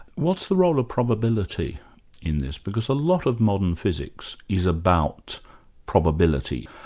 what's the role of probability in this? because a lot of modern physics is about probability,